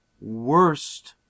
worst